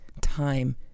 time